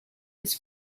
his